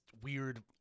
weird